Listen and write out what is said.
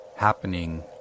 happening